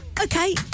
Okay